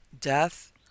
death